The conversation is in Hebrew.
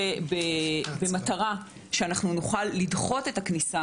החוק הזה חשוב גם כדי שנוכל לדחות את הכניסה